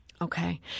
Okay